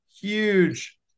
huge